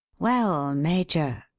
well, major,